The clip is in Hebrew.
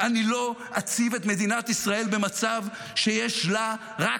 אני לא אציב את מדינת ישראל במצב שיש לה רק